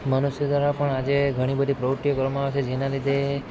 મનુષ્ય દ્વારા પણ આજે ઘણી બધી પ્રવૃત્તિઓ કરવામાં આવે છે જેના લીધે